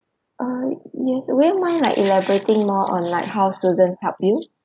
uh yes would you mind like elaborating more on like how susan helped you